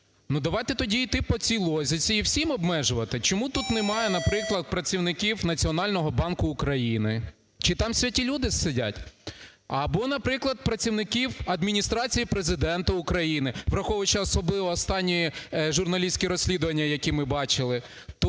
давайте тоді йти по цій логіці і всім обмежувати. Чому тут немає, наприклад, працівників Національного банку України? Чи там святі люди сидять? Або, наприклад, працівників Адміністрації Президента України, враховуючи особливо останні журналістські розслідування, які ми бачили.